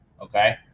Okay